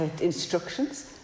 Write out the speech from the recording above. instructions